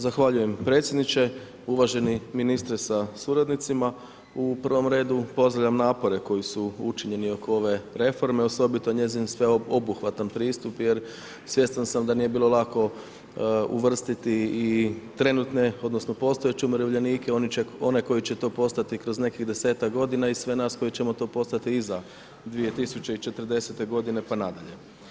Zahvaljujem predsjedniče, uvaženi ministre sa suradnicima, u prvom redu pozdravljam napore, koji su učinjeni oko ove reforme, osobito njezin sveobuhvatan pristup, jer svjestan sam da nije bilo lako uvrstiti i trenutne, odnosno, postojeće umirovljenike, onaj koji će to postati kroz nekih 10-tak g. i sve nas koji ćemo to postati iza 2040. g. pa nadalje.